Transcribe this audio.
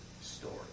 story